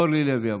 אורלי לוי אבקסיס,